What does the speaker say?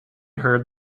heard